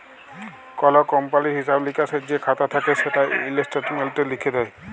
call কমপালির হিঁসাব লিকাসের যে খাতা থ্যাকে সেটা ইস্ট্যাটমেল্টে লিখ্যে দেয়